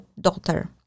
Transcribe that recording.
daughter